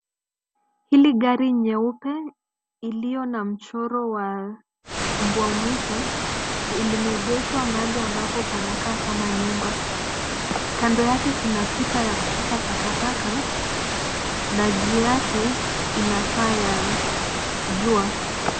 Hili gari nyeupe iliyo na mchoro waa mbwa mwitu, imeengeshwa mahali ambapo panakaa kama nyumba. Kando yake kuna pipa la kutupa takataka, na juu yake kuna taa ya jua